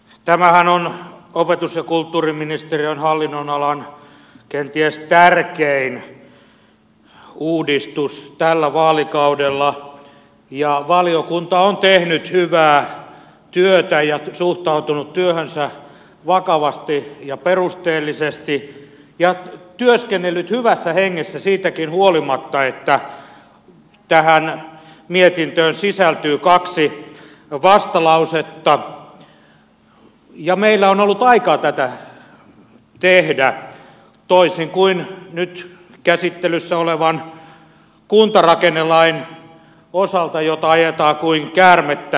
tämähän on opetus ja kulttuuriministeriön hallinnonalan kenties tärkein uudistus tällä vaalikaudella ja valiokunta on tehnyt hyvää työtä ja suhtautunut työhönsä vakavasti ja perusteellisesti ja työskennellyt hyvässä hengessä siitäkin huolimatta että tähän mietintöön sisältyy kaksi vastalausetta ja meillä on ollut aikaa tätä tehdä toisin kuin nyt käsittelyssä olevan kuntarakennelain osalta jota ajetaan kuin käärmettä pyssyyn